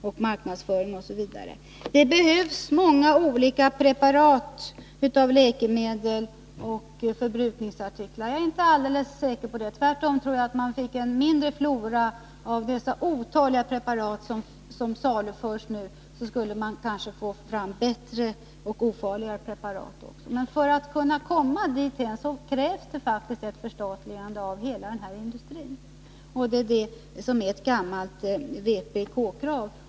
deras marknadsföring osv. Det behövs många olika preparat av läkemedel och många olika förbrukningsartiklar inom sjukvården, säger Anita Bråkenhielm. Jag är inte säker på det. Tvärtom tror jag att man kanske skulle få fram bättre och ofarligare preparat, om man hade en mindre flora av preparat och inte dessa otaliga. För att kunna komma dithän krävs det faktiskt ett förstatligande av hela den här industrin. Det är ett gammalt vpk-krav.